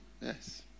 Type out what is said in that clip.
Yes